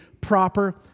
proper